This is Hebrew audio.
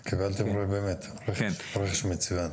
באמת קיבלתם רכש מצוין.